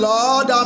Lord